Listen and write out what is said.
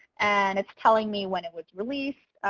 and it's telling me when it was released,